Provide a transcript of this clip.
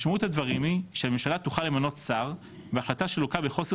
משמעות הדברים היא שהממשלה תוכל למנות שר בהחלטה שלוקה בחוסר